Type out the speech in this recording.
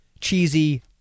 cheesy